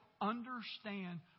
understand